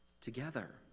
together